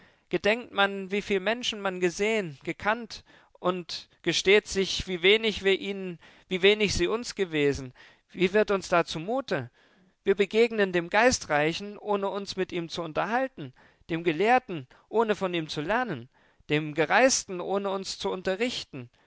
gedenkt man wieviel menschen man gesehen gekannt und gesteht sich wie wenig wir ihnen wie wenig sie uns gewesen wie wird uns da zumute wir begegnen dem geistreichen ohne uns mit ihm zu unterhalten dem gelehrten ohne von ihm zu lernen dem gereisten ohne uns zu unterrichten